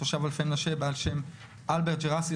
תושב אלפי מנשה בעל שם אלברט ג'רסי,